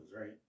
right